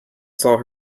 saw